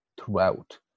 throughout